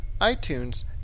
iTunes